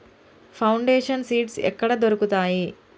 Foundation seeds ఎక్కడ దొరుకుతాయి?